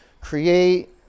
create